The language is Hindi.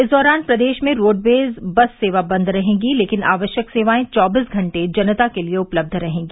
इस दौरान प्रदेश में रोडवेज बस सेवा बंद रहेगी लेकिन आवश्यक सेवाएं चौबीस घंटे जनता के लिये उपलब्ध रहेंगी